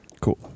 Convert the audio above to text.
cool